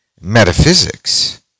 metaphysics